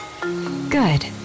Good